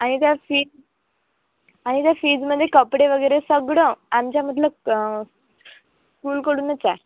आणि त्या फीज आणि त्या फीजमध्ये कपडे वगैरे सगळं आमच्यामधलं स्कूलकडूनच आहे